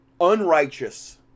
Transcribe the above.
unrighteous